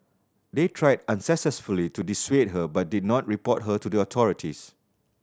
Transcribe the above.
they tried unsuccessfully to dissuade her but did not report her to the authorities